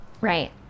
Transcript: Right